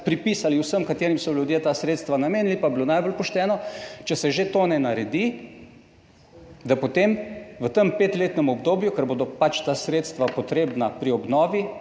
pripisali vsem, katerim so ljudje ta sredstva namenili, pa bi bilo najbolj pošteno, če se že to ne naredi, da potem v tem petletnem obdobju, ker bodo ta sredstva potrebna pri obnovi,